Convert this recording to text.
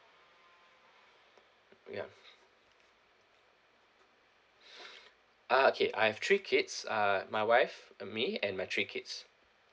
ya ah okay I have three kids uh my wife uh me and my three kids